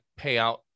payout